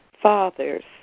father's